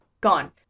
gone